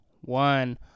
one